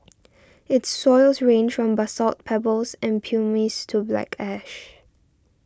its soils range from basalt pebbles and pumice to black ash